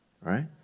right